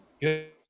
Good